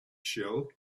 shell